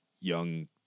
young